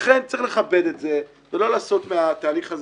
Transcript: לכן צריך לכבד את זה ולא לעשות מהתהליך הזה